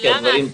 למה?